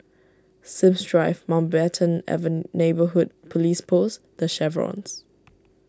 Sims Drive Mountbatten Neighbourhood Police Post the Chevrons